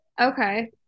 Okay